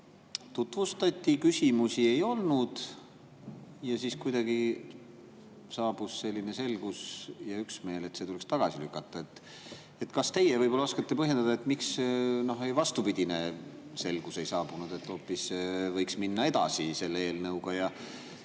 tutvustati, küsimusi ei olnud ja siis kuidagi saabus selline selgus ja üksmeel, et see tuleks tagasi lükata. Kas teie oskate põhjendada, miks vastupidine selgus ei saabunud, et hoopis võiks minna edasi selle eelnõuga?